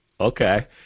Okay